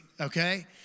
okay